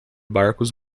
barcos